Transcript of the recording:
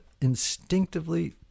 instinctively